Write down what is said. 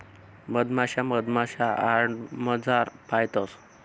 मधमाशा मधमाशा यार्डमझार पायतंस